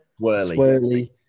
swirly